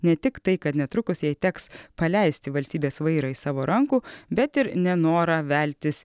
ne tik tai kad netrukus jai teks paleisti valstybės vairą iš savo rankų bet ir nenorą veltis